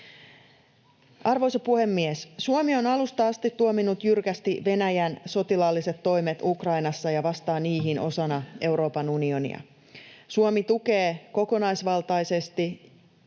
Arvoisa puhemies! Suomi on alusta asti tuominnut jyrkästi Venäjän sotilaalliset toimet Ukrainassa ja vastaa niihin osana Euroopan unionia. Suomi tukee kokonaisvaltaisesti Ukrainaa.